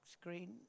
screen